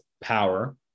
power